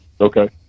Okay